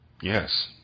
Yes